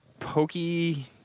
Pokey